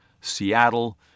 Seattle